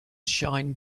shine